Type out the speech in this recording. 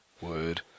Word